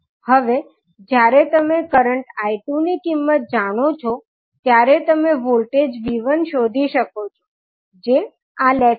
હવે જ્યારે તમે કરંટ 𝐼2 ની કિંમત જાણો છો ત્યારે તમે વોલ્ટેજ 𝑉1 શોધી શકો છો જે આ લેગ પર છે